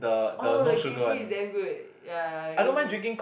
oh the green tea is damn good ya ya the green tea